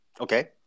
okay